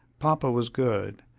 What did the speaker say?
papa was good,